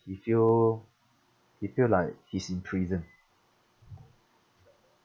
he feel he feel like he's in prison